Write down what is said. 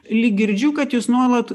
lyg girdžiu kad jūs nuolat